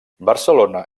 barcelona